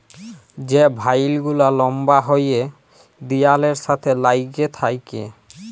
যে ভাইল গুলা লম্বা হ্যয় দিয়ালের সাথে ল্যাইগে থ্যাকে